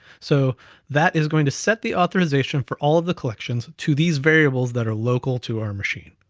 so that is going to set the authorization for all of the collections to these variables that are local to our machine.